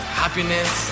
happiness